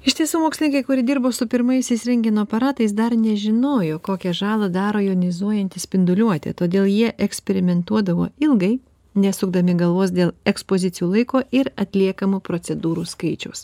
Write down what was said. iš tiesų mokslininkai kurie dirbo su pirmaisiais rentgeno aparatais dar nežinojo kokią žalą daro jonizuojanti spinduliuotė todėl jie eksperimentuodavo ilgai nesukdami galvos dėl ekspozicijų laiko ir atliekamų procedūrų skaičiaus